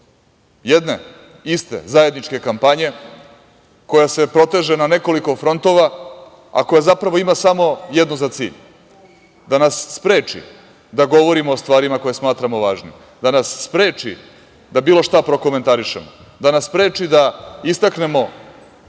jedne iste, zajedničke kampanje, koja se proteže na nekoliko frontova, a koja zapravo, samo jedno za cilj, da nas spreči da govorimo o stvarima za koje smatramo važnim, da nas spreči da bilo šta prokomentarišemo. Da nas spreči da istaknemo